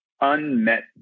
unmet